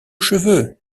cheveux